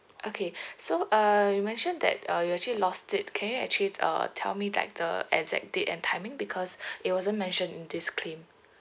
okay so uh you mentioned that uh you actually lost it can you actually uh tell me like the exact date and timing because it wasn't mentioned in this claim